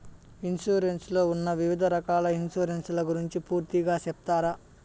Insurance లో ఉన్న వివిధ రకాల ఇన్సూరెన్సు ల గురించి పూర్తిగా సెప్తారా?